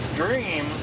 dream